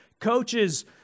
Coaches